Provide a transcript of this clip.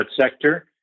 sector